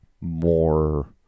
more